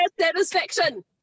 satisfaction